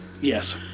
Yes